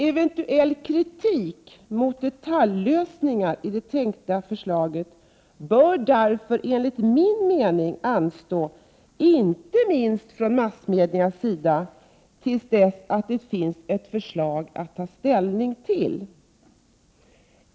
Eventuell kritik mot detaljlösningar i det tänkta förslaget bör därför enligt min mening anstå, inte minst från massmediernas sida, till dess att det finns ett förslag att ta ställning till.